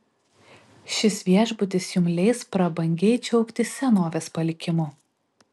šis viešbutis jums leis prabangiai džiaugtis senovės palikimu